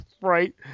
Right